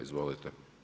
Izvolite.